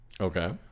Okay